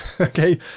okay